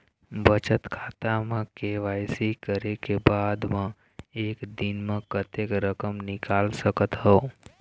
बचत खाता म के.वाई.सी करे के बाद म एक दिन म कतेक रकम निकाल सकत हव?